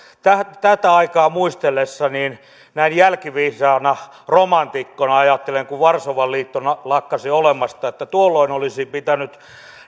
tätä aikaa muistellessa näin jälkiviisaana romantikkona ajattelen että kun varsovan liitto lakkasi olemasta niin tuolloin olisi pitänyt